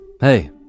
Hey